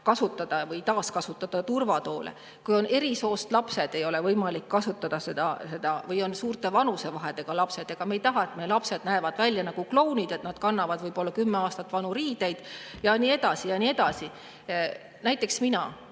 rakendada ja taaskasutada turvatoole. Kui on eri soost lapsed, ei ole võimalik kasutada seda [efekti], või kui on suurte vanusevahedega lapsed. Ega me ei taha, et meie lapsed näevad välja nagu klounid, et nad kannavad võib-olla kümme aastat vanu riideid ja nii edasi ja nii edasi. Näiteks mina,